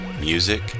music